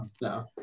no